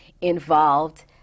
involved